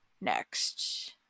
next